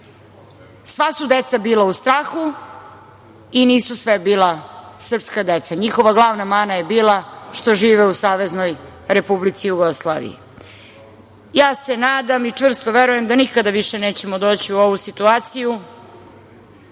Sva su deca bila u strahu i nisu sva bila srpska deca. Njihova mana je bila što žive u Saveznoj Republici Jugoslaviji. Nadam se i čvrsto verujem da nikada više nećemo doći u ovu situaciju.